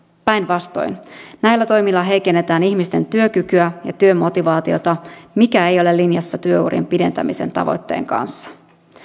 päinvastoin näillä toimilla heikennetään ihmisten työkykyä ja työmotivaatiota mikä ei ole linjassa työurien pidentämisen tavoitteen kanssa